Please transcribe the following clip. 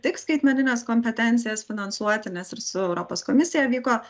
tik skaitmenines kompetencijas finansuoti nes ir su europos komisija vyko